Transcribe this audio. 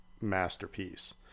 masterpiece